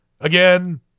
Again